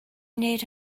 wneud